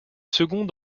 seconds